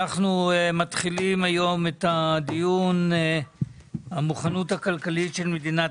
אנחנו מתחילים היום את הדיון במוכנות הכלכלית של מדינת